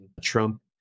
Trump